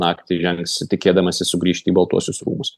naktį žengs tikėdamasis sugrįžti į baltuosius rūmus